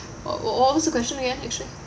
wh~ what was the question again actually